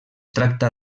tracta